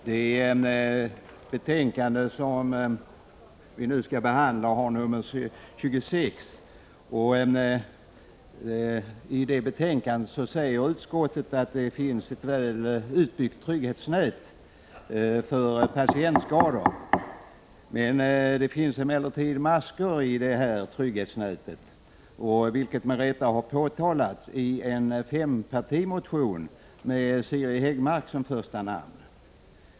Herr talman! Det betänkande som vi nu skall behandla har nummer 26. I betänkandet säger utskottet att det finns ett välutbyggt trygghetsnät för patientskador. Det finns emellertid maskor i det trygghetsnätet, vilket med rätta har påtalats i en fempartimotion med Siri Häggmark som första namn.